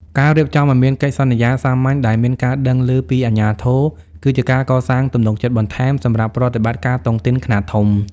ការរៀបចំឱ្យមាន "កិច្ចសន្យាសាមញ្ញ" ដែលមានការដឹងឮពីអាជ្ញាធរ គឺជាការកសាងទំនុកចិត្តបន្ថែមសម្រាប់ប្រតិបត្តិការតុងទីនខ្នាតធំ។